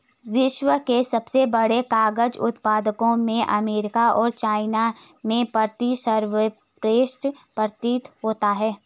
विश्व के सबसे बड़े कागज उत्पादकों में अमेरिका और चाइना में प्रतिस्पर्धा प्रतीत होता है